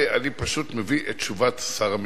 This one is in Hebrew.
ואני פשוט מביא את תשובת שר המשפטים.